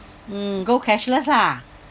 mm go cashless ah